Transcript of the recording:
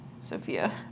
Sophia